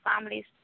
families